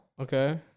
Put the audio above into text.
Okay